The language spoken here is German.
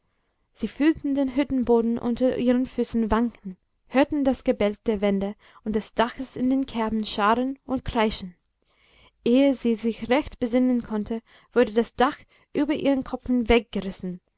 sie fühlten den hüttenboden unter ihren füßen wanken hörten das gebälk der wände und des daches in den kerben scharren und kreischen ehe sie sich recht besinnen konnten wurde das dach über ihren köpfen weggerissen